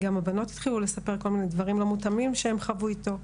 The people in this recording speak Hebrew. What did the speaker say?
גם הבנות התחילו לספר כל מיני דברים לא מותאמים שהן חוו איתו.